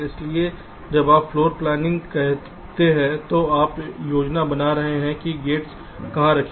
इसलिए जब आप फ्लोर प्लानिंग कहते हैं तो आप योजना बना रहे हैं कि गेट्स कहां रखें